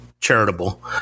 charitable